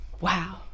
Wow